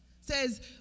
says